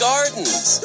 Gardens